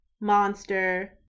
monster